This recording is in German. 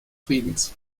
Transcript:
friedens